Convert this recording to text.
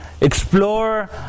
explore